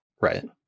right